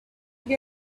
they